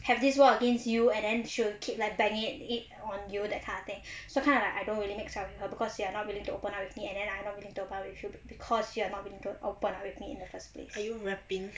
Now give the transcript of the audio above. have this wall against you and then she'll keep like banging it it on you that kind of thing so kind of like I don't really mix up with her because you are not willing to open up with me and then I not willing to open up with you because you are not willing to open up with me in the first place